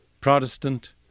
Protestant